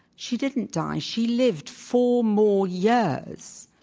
she didn't die. she lived four more years.